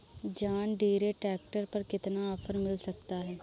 John Deere tractor पर कितना offer मिल सकता है?